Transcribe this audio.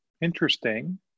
interesting